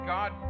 God